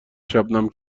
شبنم